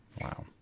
Wow